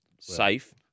safe